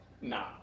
nah